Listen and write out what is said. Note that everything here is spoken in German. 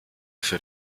für